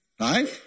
Right